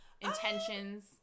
intentions